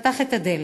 פתח את הדלת.